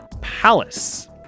palace